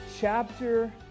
chapter